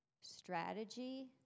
strategy